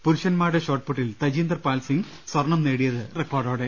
പുരുഷന്മാരുടെ ഷോട്ട്പുട്ടിൽ തജീന്ദർപാൽ സിംഗ് സ്വർണം നേടിയത് റെക്കോർഡോടെ